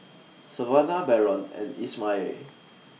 Savannah Barron and Ishmael